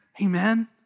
Amen